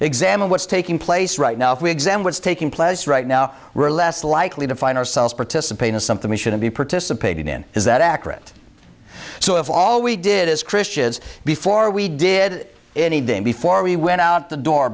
examine what's taking place right now if we examine what's taking place right now we're less likely to find ourselves participating in something we shouldn't be participating in is that accurate so if all we did as christian is before we did anything before we went out the door